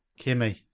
Kimmy